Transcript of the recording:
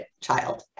child